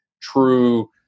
true